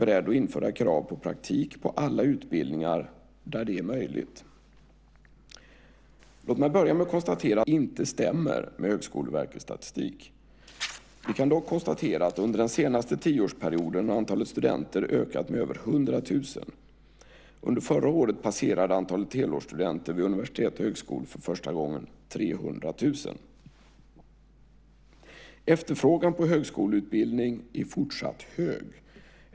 Herr talman! Axel Darvik har frågat mig om jag kan tänka mig att införa ett belöningssystem inom högskolan för att höja statusen för lärares pedagogiska meriter. Han har även frågat om jag är beredd att införa krav på praktik på alla utbildningar där det är möjligt. Låt mig börja med att konstatera att de siffror som Axel Darvik lutar sig mot i sin interpellation inte stämmer med Högskoleverkets statistik. Vi kan dock konstatera att under den senaste tioårsperioden har antalet studenter ökat med över 100 000. Under förra året passerade antalet helårsstudenter vid universitet och högskolor för första gången 300 000. Efterfrågan på högskoleutbildning är fortsatt hög.